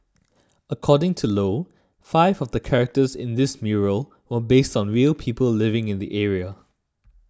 according to Low five of the characters in this mural were based on real people living in the area